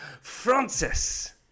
Francis